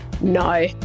No